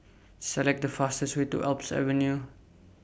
Select The fastest Way to Alps Avenue